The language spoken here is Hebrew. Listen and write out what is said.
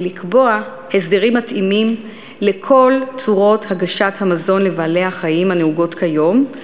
ולקבוע הסדרים מתאימים לכל צורות הגשת המזון לבעלי-חיים הנהוגות כיום,